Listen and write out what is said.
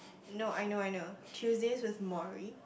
no I know I know Tuesdays with Morrie